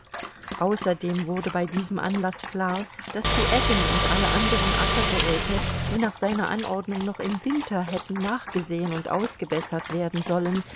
außerdem wurde bei diesem anlaß klar daß die eggen und alle anderen ackergeräte die nach seiner anordnung noch im winter hätten nachgesehen und ausgebessert werden sollen